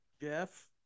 Jeff